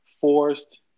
forced